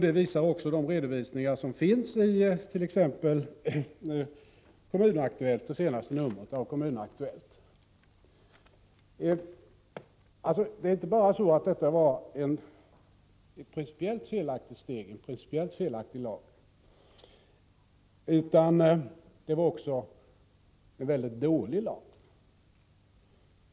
Det visar också de rapporter som finns i t.ex. senaste numret av Kommun Aktuellt. Det var alltså inte bara en principiellt felaktig lag som antogs, utan också en mycket dålig lag.